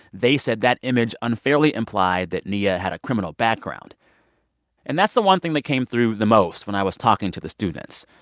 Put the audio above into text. they said that image unfairly implied that nia had a criminal background and that's the one thing that came through the most when i was talking to the students.